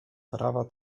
prawa